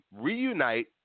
reunite